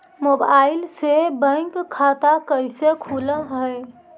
Mobile से bank खाता कैसे खुल है?